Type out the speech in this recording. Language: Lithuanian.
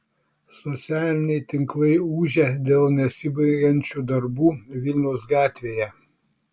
socialiniai tinklai ūžia dėl nesibaigiančių darbų vilniaus gatvėje